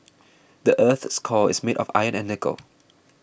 the earth's core is made of iron and nickel